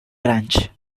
branch